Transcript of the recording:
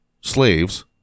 slaves